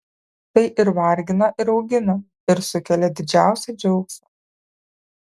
tai ir vargina ir augina ir sukelia didžiausią džiaugsmą